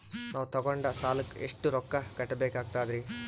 ನಾವು ತೊಗೊಂಡ ಸಾಲಕ್ಕ ಎಷ್ಟು ರೊಕ್ಕ ಕಟ್ಟಬೇಕಾಗ್ತದ್ರೀ?